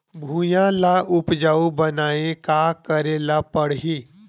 भुइयां ल उपजाऊ बनाये का करे ल पड़ही?